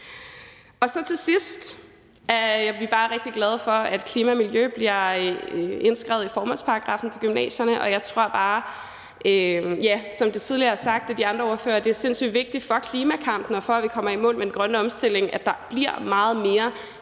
jeg bare sige, at vi er rigtig glade for, at klima og miljø bliver indskrevet i formålsparagraffen til gymnasierne. Men som det tidligere er blevet sagt af andre ordførere, tror jeg bare, det er sindssyg vigtigt for klimakampen og for, at vi kommer i mål med den grønne omstilling, at der bliver meget mere